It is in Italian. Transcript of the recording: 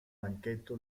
banchetto